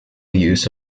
use